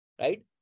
right